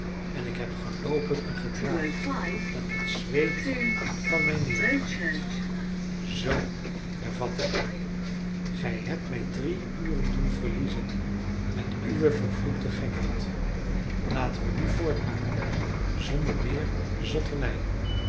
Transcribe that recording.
en ik heb geloopen en gedraafd dat het zweet van mij neerdruipt zoo hervatte haley gij hebt mij drie uren doen verliezen met uwe vervloekte gekheid laten wij nu voortmaken zonder meer zotternij